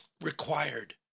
required